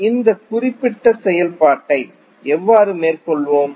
இப்போது இந்த குறிப்பிட்ட செயல்பாட்டை எவ்வாறு மேற்கொள்வோம்